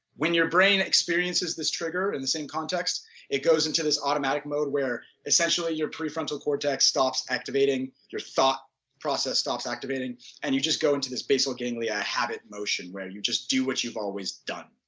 when your brain experiences this trigger in the same context it goes into this automatic mode where essentially your prefrontal cortex stops activating, your thought process stops activating and you just go into this basically being a ah habit motion where you just do what you've always done.